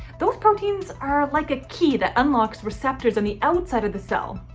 those proteins are like a key that unlocks receptors on the outside of the cell.